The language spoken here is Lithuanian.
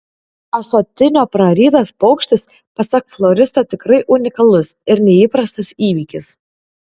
ąsotinio prarytas paukštis pasak floristo tikrai unikalus ir neįprastas įvykis